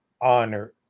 honored